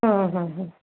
ಹ್ಞೂ ಹ್ಞೂ ಹ್ಞೂ